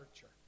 church